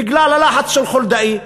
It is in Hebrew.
בגלל הלחץ של חולדאי.